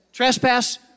trespass